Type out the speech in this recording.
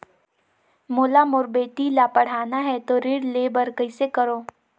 मोला मोर बेटी ला पढ़ाना है तो ऋण ले बर कइसे करो